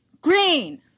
Green